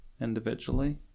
individually